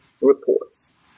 reports